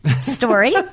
story